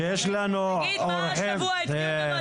יש כמה צווים של מבנה